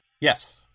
Yes